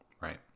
Right